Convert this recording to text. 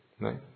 right